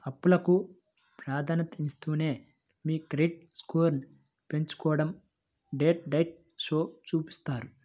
అప్పులకు ప్రాధాన్యతనిస్తూనే మీ క్రెడిట్ స్కోర్ను పెంచుకోడం డెట్ డైట్ షోలో చూపిత్తారు